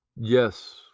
yes